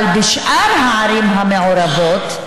אבל בשאר הערים המעורבות,